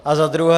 A za druhé.